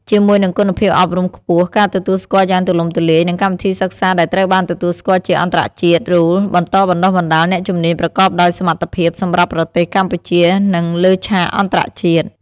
ជាមួយនឹងគុណភាពអប់រំខ្ពស់ ការទទួលស្គាល់យ៉ាងទូលំទូលាយ និងកម្មវិធីសិក្សាដែលត្រូវបានទទួលស្គាល់ជាអន្តរជាតិ RULE បន្តបណ្តុះបណ្តាលអ្នកជំនាញប្រកបដោយសមត្ថភាពសម្រាប់ប្រទេសកម្ពុជា និងលើឆាកអន្តរជាតិ។